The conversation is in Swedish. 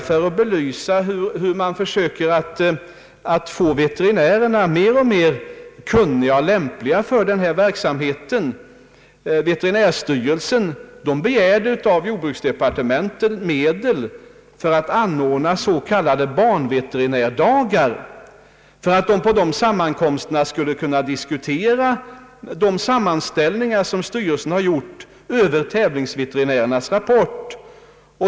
För att belysa hur man försöker få veterinärerna att bli mer och mer kunniga och lämpliga för denna verksamhet vill jag nämna att veterinärstyrelsen av jordbruksdepartementet begärt medel för att anordna s.k. banveterinärdagar för att man på dessa sammankomster skulle kunna diskutera de sammanställningar som styrelsen gjort över tävlingsveterinärernas rapporter.